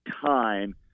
time